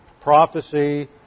Prophecy